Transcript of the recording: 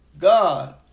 God